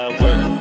work